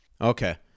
Okay